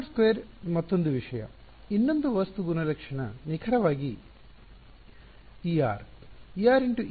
k02 ಮತ್ತೊಂದು ವಿಷಯ ಇನ್ನೊಂದು ವಸ್ತು ಗುಣಲಕ್ಷಣ ನಿಖರವಾಗಿ εr